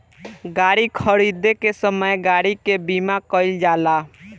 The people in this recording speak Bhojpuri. गाड़ी खरीदे के समय गाड़ी के बीमा कईल जाला